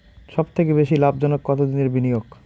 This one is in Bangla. সবথেকে বেশি লাভজনক কতদিনের বিনিয়োগ?